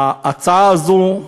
ההצעה הזו,